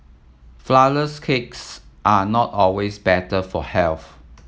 flourless cakes are not always better for health